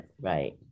right